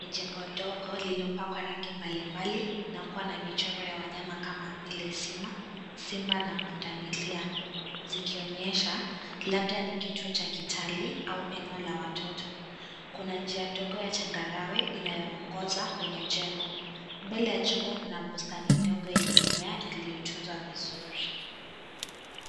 NI jengo ndogo lililopakwa rangi mbalimbali na kuwa na michoro ya wanyama kama vile simba na pundamilia zikionyesha labda ni kituo cha kitalii au eneo la watoto. Kuna njia ndogo ya changarawe inayo ongeza kwenye jengo , mbele ya jengo kuna pustani ndogo yenye mimea iliyotunzwa vizuri.